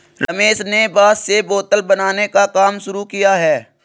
रमेश ने बांस से बोतल बनाने का काम शुरू किया है